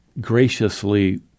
graciously